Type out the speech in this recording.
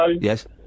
Yes